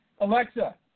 Alexa